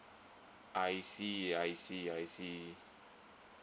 I see I see I see